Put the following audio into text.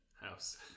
house